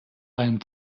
einem